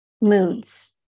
moods